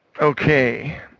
Okay